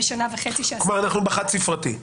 ושנה וחצי --- אנחנו כבר בחד ספרתי?